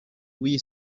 w’iyi